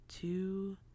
two